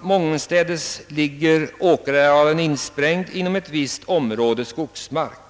Mångenstädes ligger nämligen åkerarealen insprängd inom ett visst område skogsmark.